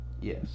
Yes